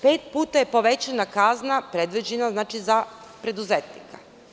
Pet puta je povećana kazna predviđena za preduzetnika.